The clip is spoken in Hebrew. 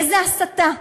איזו הסתה.